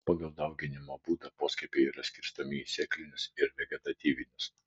pagal dauginimo būdą poskiepiai yra skirstomi į sėklinius ir vegetatyvinius